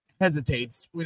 hesitates